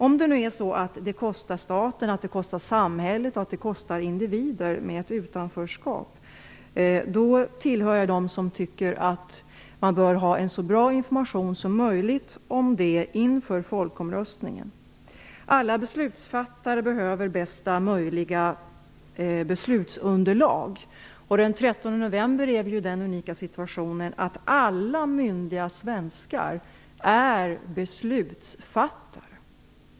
Om det nu kostar stat, samhälle och individer med ett utanförskap, vill jag säga att jag tillhör dem som tycker att man bör ha så bra information som möjligt om det inför folkomröstningen. Alla beslutsfattare behöver bästa möjliga beslutsunderlag. Den 13 november är vi i den unika situationen att alla myndiga svenskar är beslutsfattare.